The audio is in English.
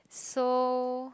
so